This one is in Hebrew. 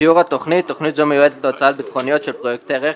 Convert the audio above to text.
תיאור התוכנית: תוכנית זו מיועדת להוצאות ביטחוניות של פרויקטי רכש,